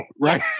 right